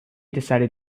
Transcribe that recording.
decided